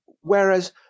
Whereas